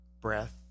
breath